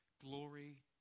glory